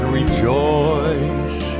rejoice